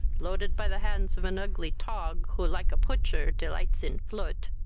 loaded by the hands of an ugly tog, who like a putcher delights in ploot.